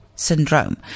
syndrome